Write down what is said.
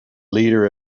leader